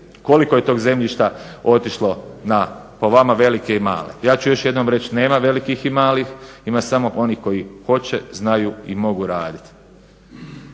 koliko je tog zemljišta otišlo na, po vama, velike i male. Ja ću još jednom reći, nema velikih i malih, ima samo onih koji hoće, znaju i mogu radit.